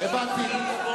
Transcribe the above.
לא, הבנתי.